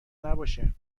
نباشه